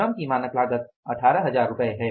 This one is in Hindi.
श्रम की मानक लागत 18000 रुपये है